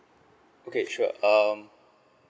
okay sure um